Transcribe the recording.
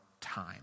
time